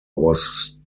was